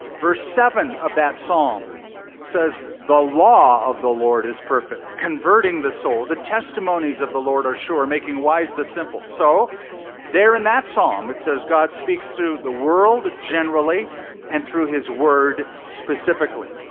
verse seven of that psalm says, the law of the lord is perfect converting the soul. the testimonies of the lord are sure making wise the simple. so there in that psalm, it says god speaks through the world generally and through his word specifically.